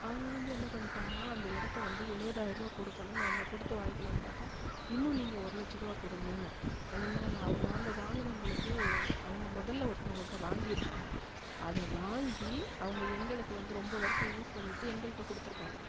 அவங்க வந்து என்ன பண்ணிட்டாங்கன்னா அந்த இடத்த வந்து எழுவதாயிர ருபா கொடுக்கணும் நம்ம கொடுத்து வாங்கிக்கிலான்னு பார்த்தா இன்னும் நீங்கள் ஒரு லட்சம் ருபா கொடுங்க என்னென்னா அது நாங்கள் வாங்கினவங்களுக்கு அவங்க முதல்ல ஒருத்தவங்கள்கிட்ட வாங்கியிருக்காங்க அதை வாங்கி அவங்க எங்களுக்கு வந்து ரொம்ப வருஷம் யூஸ் பண்ணிவிட்டு எங்கள்கிட்ட கொடுத்துருக்காங்க